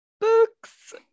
books